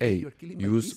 ei jūs